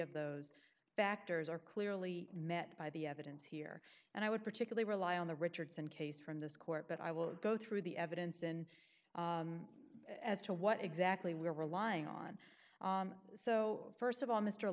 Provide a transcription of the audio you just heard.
of those factors are clearly met by the evidence here and i would particularly rely on the richardson case from this court but i will go through the evidence in as to what exactly we are relying on so st of all mr